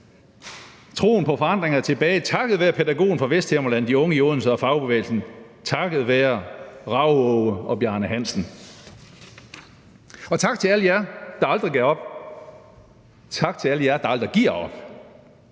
Troen på forandring er tilbage takket være pædagogen fra Vesthimmerland, de unge i Odense og fagbevægelsen, takket være Rav-Aage og Bjarne Hansen. Og tak til alle jer, der aldrig gav op. Tak til alle jer, der aldrig giver op.